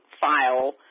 file